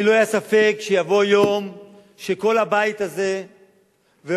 לי לא היה ספק שיבוא יום שכל הבית הזה ורוב